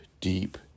deep